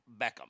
Beckham